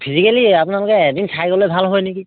physically আপোনালোকে এদিন চাই গ'লে ভাল হয় নেকি